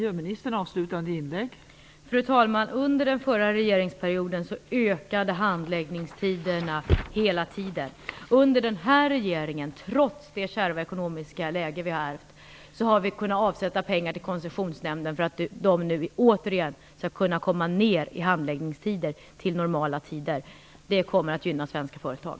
Fru talman! Under den förra regeringsperioden ökade handläggningstiderna hela tiden. Under den här regeringens period har vi, trots det kärva ekonomiska läge vi har ärvt, kunnat avsätta pengar till Koncessionsnämnden för att den nu återigen skall kunna få normala handläggningstider. Det kommer att gynna svenska företag.